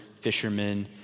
fishermen